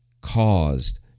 caused